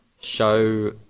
show